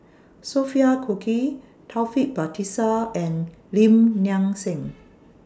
Sophia Cooke Taufik Batisah and Lim Nang Seng